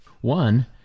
One